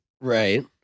Right